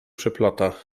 przeplata